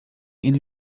ele